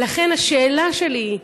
ולכן, השאלה שלי היא